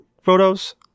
photos